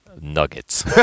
Nuggets